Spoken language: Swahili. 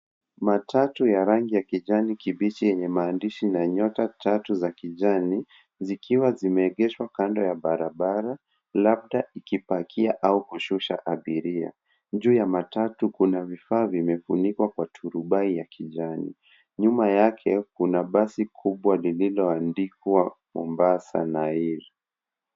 Matatu ya rangi ya kijani kibichi yenye maandishi na nyota tatu za kijani zikiwa zimeegeshwa kando ya barabara labda ikipakia au kushusha abiria. Juu ya matatu kuna vifaa vimefunikwa kwa turubai ya kijani. Nyuma yake kuna basi kubwa lililoandikwa mombasa nair.